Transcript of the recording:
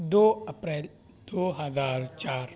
دو April دو ہزار چار